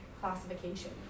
classification